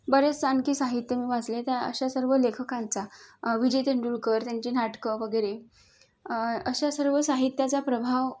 बरेच आणखी साहित्य मी वाचले त्या अशा सर्व लेखकांचा विजय तेंडुलकर त्यांचे नाटकं वगैरे अशा सर्व साहित्याचा प्रभाव